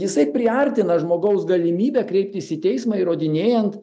jisai priartina žmogaus galimybę kreiptis į teismą įrodinėjant